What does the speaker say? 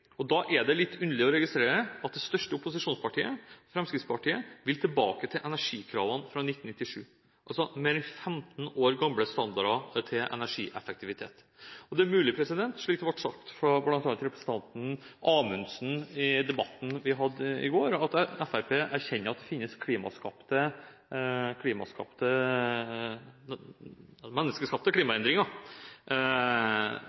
Da er det litt underlig å registrere at det største opposisjonspartiet, Fremskrittspartiet, vil tilbake til energikravene fra 1997 – altså mer enn 15 år gamle standarder til energieffektivitet. Det er mulig, slik det ble sagt fra bl.a. representanten Amundsen i debatten vi hadde i går, at Fremskrittspartiet erkjenner at det finnes